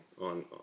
on